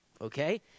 Okay